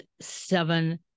seven